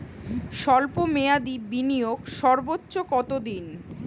স্বল্প মেয়াদি বিনিয়োগ সর্বোচ্চ কত দিন?